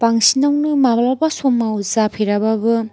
बांसिनावनो माब्लाबा समाव जाफेराबाबो